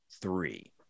three